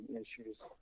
issues